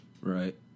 Right